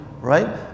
right